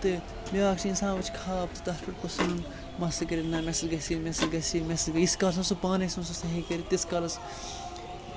تہٕ بیٛاکھ چھِ اِنسان وٕچھِ خاب تہٕ تَتھ پٮ۪ٹھ گوٚژھ نہٕ مسلہٕ کٔرِتھ نہ مےٚ سۭتۍ گژھِ یہِ مےٚ سۭتۍ گژھِ یہِ مےٚ سۭتۍ گژھِ ییٖتِس کالَس نہٕ سُہ پانَے سونٛچہِ سُہ صحیح تیٚلہِ تیٖتِس کالَس